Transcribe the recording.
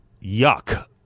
yuck